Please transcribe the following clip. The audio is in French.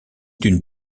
d’une